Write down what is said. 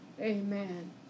Amen